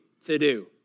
to-do